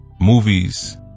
movies